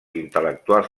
intel·lectuals